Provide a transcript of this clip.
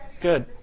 Good